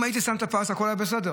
אם הייתי שם את הפס, הכול היה בסדר,